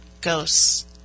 ghosts